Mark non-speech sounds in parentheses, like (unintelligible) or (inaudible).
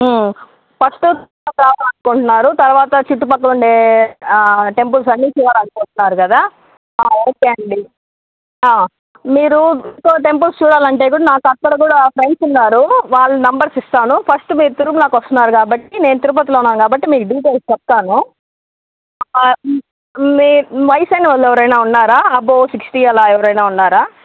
first (unintelligible) అనుకుంటున్నారు తర్వాత చుట్టుపక్కల ఉండే టెంపుల్స్ అన్నీ చూడాలనుకుంటున్నారు కదా ఓకే అండి మీరు త్రీ ఫోర్ టెంపుల్స్ చూడాలంటే కూడా నాకు అక్కడ కూడా ఫ్రెండ్స్ ఉన్నారు వాళ్ళ నంబర్స్ ఇస్తాను ఫస్ట్ మీరు తిరుమలకి వస్తున్నారు కాబట్టి నేను తిరుపతిలో ఉన్నాను కాబట్టి మీకు డీటెయిల్స్ చెప్తాను మీ వయసైన వాళ్ళు ఎవరైనా ఉన్నారా అబోవ్ సిక్స్టీ అలా ఎవరైనా ఉన్నారా